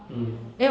mm